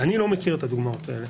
אני לא מכיר את הדוגמאות האלה.